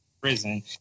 prison